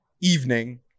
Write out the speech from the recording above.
evening